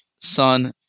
son